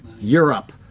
Europe